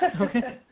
Okay